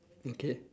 okay